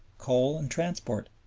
coal, and transport.